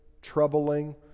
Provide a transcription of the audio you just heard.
troubling